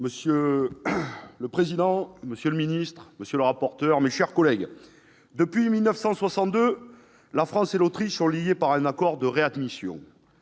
Monsieur le président, monsieur le secrétaire d'État, monsieur le rapporteur, mes chers collègues, depuis 1962, la France et l'Autriche sont liées par un accord de réadmission.